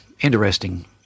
interesting